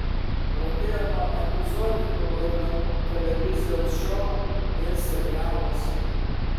pradėjo nuo epizodinių vaidmenų televizijos šou ir serialuose